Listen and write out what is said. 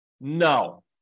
No